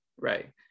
Right